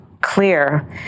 Clear